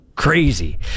Crazy